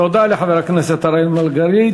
תודה לחבר הכנסת אראל מרגלית.